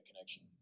connection